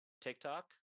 TikTok